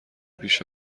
پیش